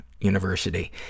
University